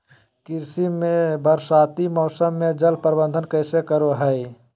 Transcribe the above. कृषि में बरसाती मौसम में जल प्रबंधन कैसे करे हैय?